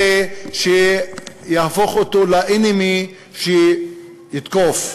הזה שיהפוך אותו לאויב שהוא יתקוף.